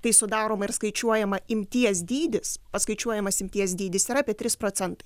tai sudaroma ir skaičiuojama imties dydis paskaičiuojamas imties dydis yra apie tris procentai